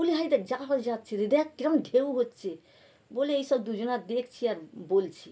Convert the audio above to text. বলি ওই দেখ জাহাজ যাচ্ছে দিদি দেখ কেমন ঢেউ হচ্ছে বলে এইসব দুজনা দেখছি আর বলছি